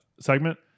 segment